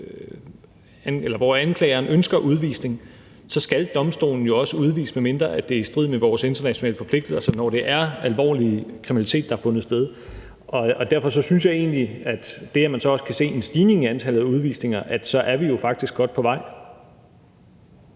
hvor anklageren ønsker udvisning, skal domstolene også udvise, medmindre det er i strid med vores internationale forpligtigelser, når det er alvorlig kriminalitet, der har fundet sted, og derfor synes jeg egentlig, at i og med at man også kan se en stigning i antallet af udvisninger, er vi jo faktisk godt på vej.